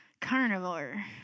carnivore